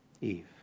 Eve